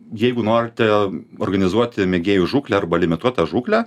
jeigu norite organizuoti mėgėjų žūklę arba limituotą žūklę